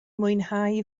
mwynhau